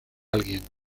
alguien